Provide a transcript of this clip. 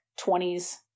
20s